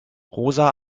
rosa